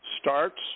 starts